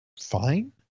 Fine